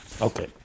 Okay